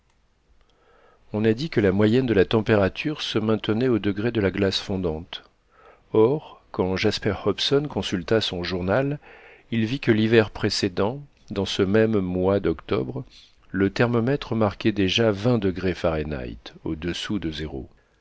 on a dit que la moyenne de la température se maintenait au degré de la glace fondante or quand jasper hobson consulta son journal il vit que l'hiver précédent dans ce même mois d'octobre le thermomètre marquait déjà vingt degrés fahrenheit au-dessous de zéro